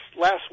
last